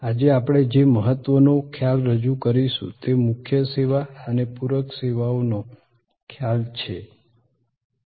આજે આપણે જે મહત્વનો ખ્યાલ રજૂ કરીશું તે મુખ્ય સેવા અને પૂરક સેવાઓનો આ ખ્યાલ છે